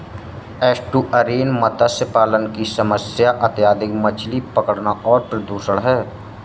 estuarine मत्स्य पालन की समस्या अत्यधिक मछली पकड़ना और प्रदूषण है